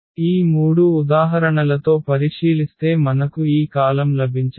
ఈ మూడు ఉదాహరణలతో పరిశీలిస్తే మనకు ఈ కాలమ్ లభించదు